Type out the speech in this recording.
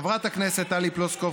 חברת הכנסת טלי פלוסקוב,